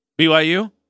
BYU